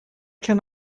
can